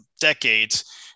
decades